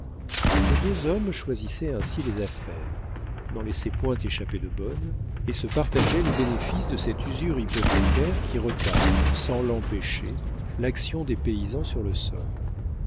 ces deux hommes choisissaient ainsi les affaires n'en laissaient point échapper de bonnes et se partageaient les bénéfices de cette usure hypothécaire qui retarde sans l'empêcher l'action des paysans sur le sol